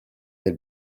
del